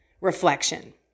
reflection